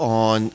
on